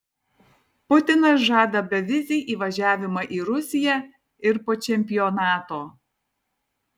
putinas žada bevizį įvažiavimą į rusiją ir po čempionato